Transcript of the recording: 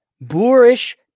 boorish